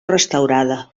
restaurada